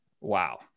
Wow